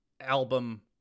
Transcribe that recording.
album